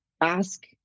ask